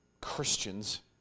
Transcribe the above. Christians